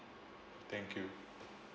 thank you